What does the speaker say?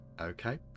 Okay